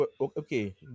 okay